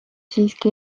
siiski